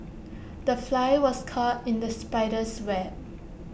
the fly was caught in the spider's web